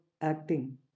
acting